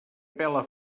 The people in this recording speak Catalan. pele